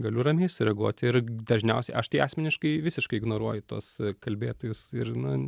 galiu ramiai sureaguoti ir dažniausiai aš tai asmeniškai visiškai ignoruoju tuos kalbėtojus ir na